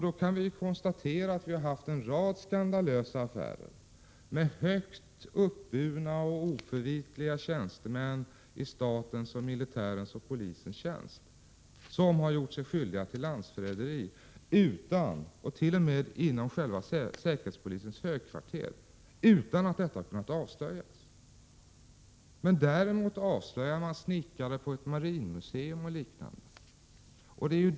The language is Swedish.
Då kan vi konstatera att vi har haft en rad skandalösa affärer med högt uppburna och oförvitliga tjänstemän i statens, militärens och polisens tjänst som har gjort sig skyldiga till landsförräderi, t.o.m. inom själva säkerhetspolisens högkvarter, utan att det kunnat avslöjas. Däremot avslöjar man en snickare på ett marinmuseum och liknande.